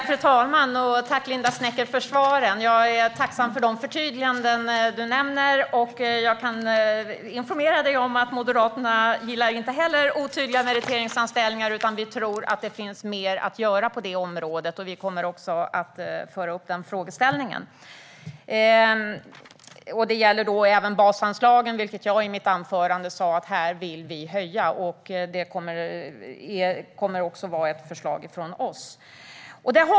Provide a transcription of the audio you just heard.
Fru talman! Tack, Linda Snecker, för svaren! Jag är tacksam för förtydligandena. Jag kan informera dig om att Moderaterna inte heller gillar otydliga meriteringsanställningar. Vi tror att det finns mer att göra på området, och vi kommer att föra fram frågan. Det gäller även basanslagen. Jag sa i mitt anförande att vi vill höja basanslagen. Det kommer att läggas fram ett förslag från oss.